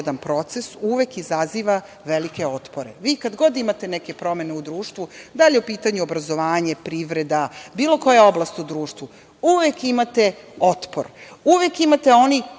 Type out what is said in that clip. proces, uvek izaziva velike otpore. Vi kada god imate neke promene u društvu, da li je u pitanju obrazovanje, privreda, bilo koja oblast u društvu, uvek imate otpor, uvek imate one